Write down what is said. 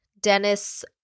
Dennis